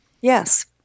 Yes